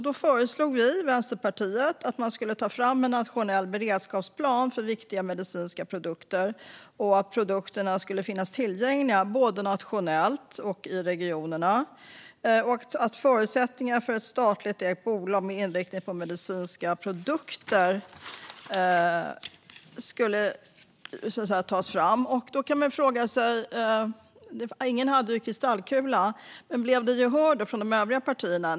Då föreslog Vänsterpartiet att man skulle ta fram en nationell beredskapsplan för viktiga medicinska produkter och att produkterna skulle finnas tillgängliga både nationellt och i regionerna. Vi föreslog också att förutsättningar för ett statligt ägt bolag med inriktning på medicinska produkter skulle tas fram. Ingen hade kristallkula, men man kan fråga sig om det blev något gehör från de övriga partierna?